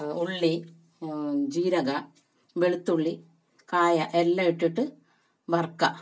ഉള്ളി ജീരക വെളുത്തുള്ളി കായം എല്ലാം ഇട്ടിട്ട് വറക്കുക